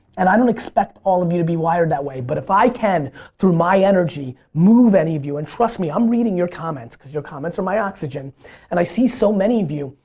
and i don't expect all of you to be wired that way but if i can through my energy move any of you and trust me i'm reading your comments cause your comments are my oxygen and i see so many of you.